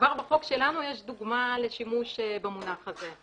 כבר בחוק שלנו יש דוגמה לשימוש במונח הזה.